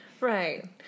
Right